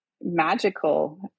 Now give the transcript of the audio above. magical